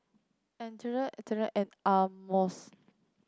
and Amos